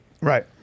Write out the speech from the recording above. Right